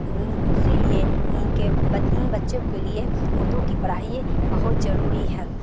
ان اسی لیے ان کے ان بچوں کے لیے اردو کی پڑھائی بہت ضروری ہے